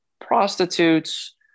prostitutes